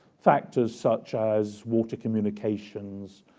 factors such as water, communications,